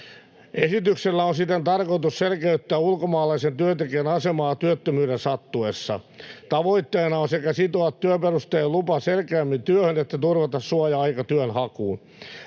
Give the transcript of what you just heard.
Esityksellä on siten tarkoitus selkeyttää ulkomaalaisen työntekijän asemaa työttömyyden sattuessa. Tavoitteena on sekä sitoa työperusteinen lupa selkeämmin työhön että turvata suoja-aika työnhakuun.